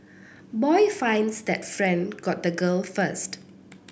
boy finds that friend got the girl first